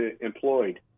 employed